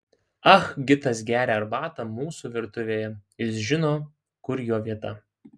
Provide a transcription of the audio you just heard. ah gitas geria arbatą mūsų virtuvėje jis žino kur jo vieta